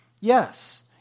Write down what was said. yes